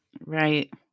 Right